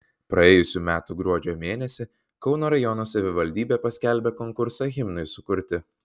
praėjusių metų gruodžio mėnesį kauno rajono savivaldybė paskelbė konkursą himnui sukurti